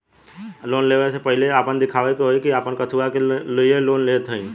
Loan ले वे से पहिले आपन दिखावे के होई कि आप कथुआ के लिए लोन लेत हईन?